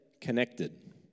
connected